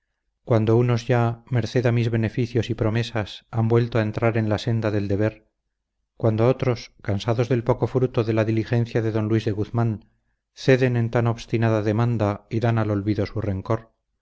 cuando unos ya merced a mis beneficios y promesas han vuelto a entrar en la senda del deber cuando otros cansados del poco fruto de la diligencia de don luis de guzmán ceden en tan obstinada demanda y dan al olvido su rencor